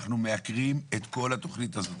אנחנו מייקרים את כל התכנית הזאת.